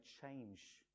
change